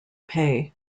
pay